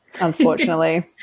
unfortunately